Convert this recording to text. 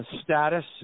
Status